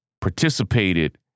participated